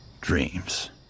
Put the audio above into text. dreams